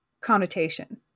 connotation